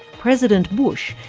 president bush,